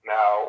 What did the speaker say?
Now